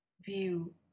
view